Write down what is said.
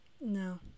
No